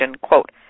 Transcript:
quote